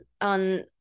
on